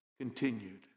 continued